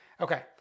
Okay